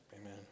Amen